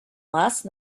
last